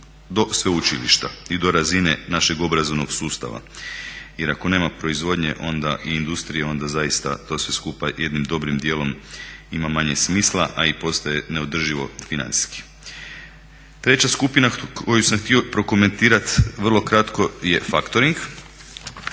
do sveučilišta i do razine našeg obrazovnog sustava jer ako nema proizvodnje onda i industrije, onda to sve skupa jednim dobrim dijelom ima manje smisla a i postaje neodrživo financijski. Treća skupina koju sam htio prokomentirati vrlo kratko je faktoring.